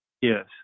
Yes